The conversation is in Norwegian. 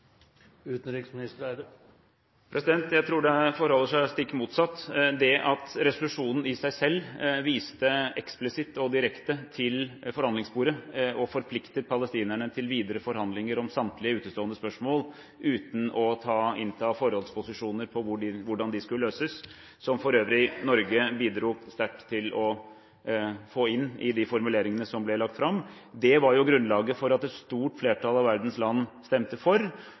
Jeg tror det forholder seg stikk motsatt. Det at resolusjonen i seg selv viste eksplisitt og direkte til forhandlingsbordet og forpliktet palestinerne til videre forhandlinger om samtlige utestående spørsmål, uten å innta forhåndsposisjoner til hvordan de skulle løses, noe Norge for øvrig bidro sterkt til å få inn i de formuleringene som ble lagt fram, var grunnlaget for at et stort flertall av verdens land stemte for,